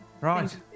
right